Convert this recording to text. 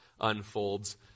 unfolds